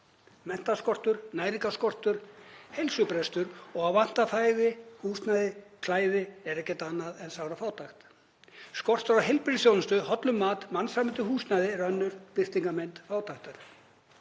Menntaskortur, næringarskortur, heilsubrestur og að vanta fæði, húsnæði og klæði er ekkert annað en sárafátækt. Skortur á heilbrigðisþjónustu, hollum mat og mannsæmandi húsnæði er önnur birtingarmynd fátæktar.